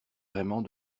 vraiment